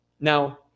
Now